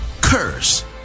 Curse